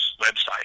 website